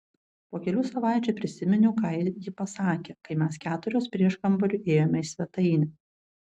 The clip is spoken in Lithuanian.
po kelių savaičių prisiminiau ką ji pasakė kai mes keturios prieškambariu ėjome į svetainę